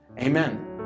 Amen